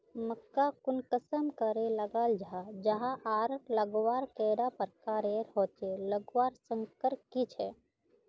मक्का कुंसम करे लगा जाहा जाहा आर लगवार कैडा प्रकारेर होचे लगवार संगकर की झे?